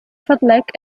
فضلك